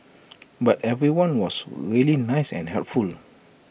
but everyone was really nice and helpful